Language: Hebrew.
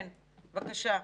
בבקשה.